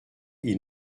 ils